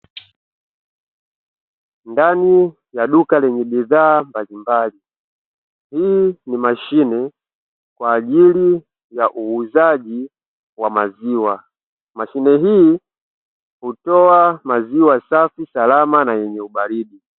Ndani ya duka lenye bidhaa mbalimbali hii ni mashine kwa ajili ya uuzaji wa maziwa, mashine hii hutoa maziwa safi, salama na yenye ubaridi.